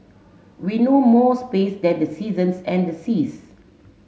we know most space than the seasons and the seas